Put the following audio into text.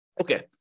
Okay